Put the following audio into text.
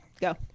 Go